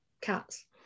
Cats